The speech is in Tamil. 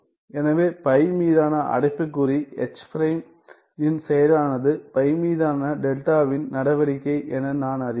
எனவே பை மீதான அடைப்புக்குறி எச் பிரைம் இன் செயலானது பை மீதான டெல்டாவின் நடவடிக்கை என நான் அறிவேன்